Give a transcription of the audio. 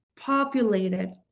populated